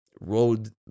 road